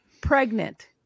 pregnant